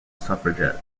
suffragette